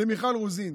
למיכל רוזין.